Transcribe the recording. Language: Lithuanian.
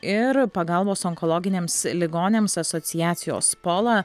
ir pagalbos onkologiniams ligoniams asociacijos pola